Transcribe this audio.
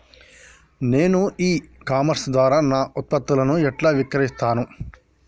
నేను e commerce ద్వారా నా ఉత్పత్తులను ఎట్లా విక్రయిత్తను?